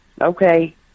Okay